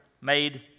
made